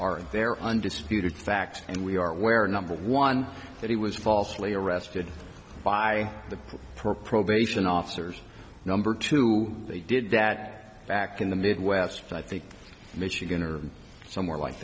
are there undisputed facts and we are where number one that he was falsely arrested by the poor probation officers number two they did that back in the midwest and i think michigan or somewhere like